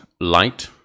light